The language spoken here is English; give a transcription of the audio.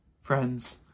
Friends